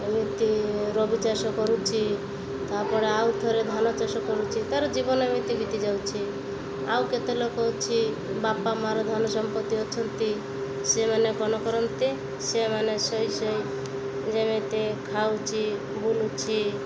ଏମିତି ରବି ଚାଷ କରୁଛି ତା'ପରେ ଆଉ ଥରେ ଧାନ ଚାଷ କରୁଛିି ତାର ଜୀବନ ଏମିତି ବିତି ଯାଉଛି ଆଉ କେତେ ଲୋକ ଅଛି ବାପା ମାର ଧନ ସମ୍ପତ୍ତି ଅଛନ୍ତି ସେମାନେ କ'ଣ କରନ୍ତି ସେମାନେ ଶୋଇ ଶୋଇ ଯେମିତି ଖାଉଛିି ବୁଲୁଛି